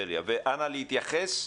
אנא תתייחסי